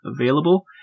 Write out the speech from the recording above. available